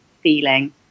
feeling